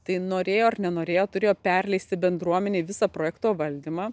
tai norėjo ar nenorėjo turėjo perleisti bendruomenei visą projekto valdymą